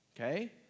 Okay